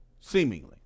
seemingly